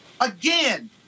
Again